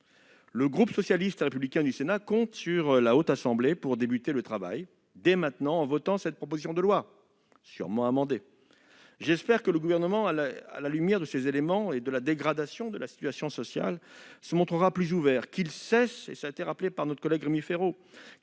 Le groupe socialiste et républicain compte sur la Haute Assemblée pour engager le travail, dès maintenant, en votant cette proposition de loi, sûrement amendée. J'espère que le Gouvernement, à la lumière de ces éléments et de la dégradation de la situation sociale, se montrera plus ouvert. Qu'il cesse de qualifier d'effet d'aubaine la